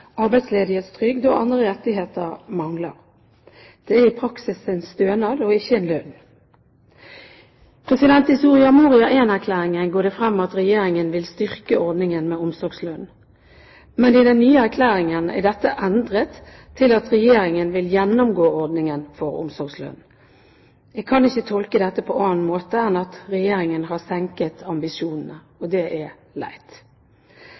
arbeidsledighetstrygd og andre rettigheter mangler. Det er i praksis en stønad og ikke en lønn. I Soria Moria I-erklæringen går det frem at Regjeringen vil styrke ordningen med omsorgslønn, men i den nye erklæringen er dette endret til at Regjeringen vil gjennomgå ordningen for omsorgslønn. Jeg kan ikke tolke dette på annen måte enn at Regjeringen har senket ambisjonene, og det er leit